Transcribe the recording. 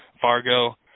Fargo